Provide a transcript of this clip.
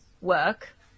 work